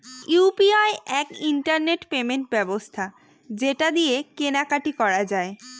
UPI এক internet payment ব্যবস্থা যেটা দিয়ে কেনা কাটি করা যায়